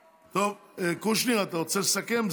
טוב, קושניר, אתה רוצה לסכם?